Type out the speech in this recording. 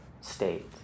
state